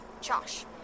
Josh